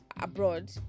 abroad